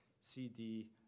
CD